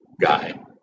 guy